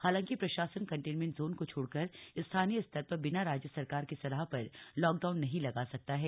हालांकि प्रशासन containment zone को छोड़कर स्थानीय स्तर पर बिना राज्य सरकार के सलाह पर लॉकडाउन नहीं लगा सकता है